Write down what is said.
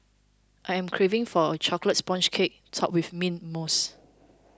I am craving for a Chocolate Sponge Cake Topped with Mint Mousse